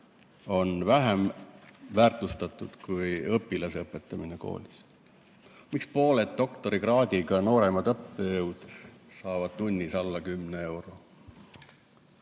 on vähem väärtustatud kui õpilase õpetamine koolis? Miks pooled doktorikraadiga nooremad õppejõud saavad tunnis alla kümne euro?